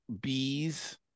Bees